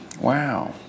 wow